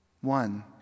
One